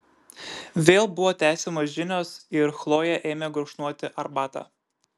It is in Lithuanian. vėl buvo tęsiamos žinios ir chlojė ėmė gurkšnoti arbatą